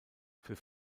für